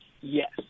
Yes